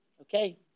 Okay